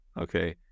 okay